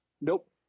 Nope